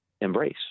embrace